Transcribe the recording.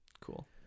Cool